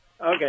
Okay